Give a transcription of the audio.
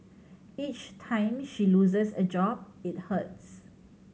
each time she loses a job it hurts